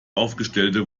aufgestellte